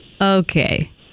Okay